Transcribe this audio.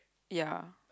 ya